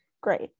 great